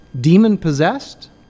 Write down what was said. Demon-possessed